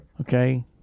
Okay